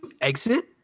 exit